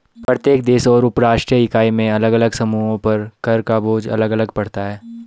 प्रत्येक देश और उपराष्ट्रीय इकाई में अलग अलग समूहों पर कर का बोझ अलग अलग पड़ता है